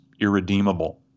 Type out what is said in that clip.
irredeemable